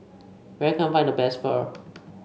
where can I find the best Pho